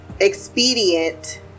expedient